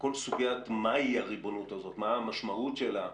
הסוגיה של מה היא הריבונות הזאת, מה המשמעות שלה,